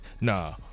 Nah